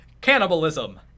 Cannibalism